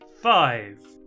Five